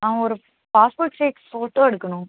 ஆ ஒரு passport size photo எடுக்கணும்